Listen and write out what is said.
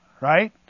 right